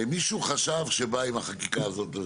הרי, מישהו חשב שבא עם החקיקה הזאת.